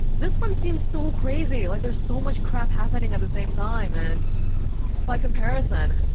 this one seems so crazy, like, there's so much crap happening at the same time and by comparison,